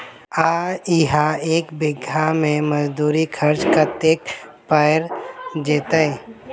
आ इहा एक बीघा मे मजदूरी खर्च कतेक पएर जेतय?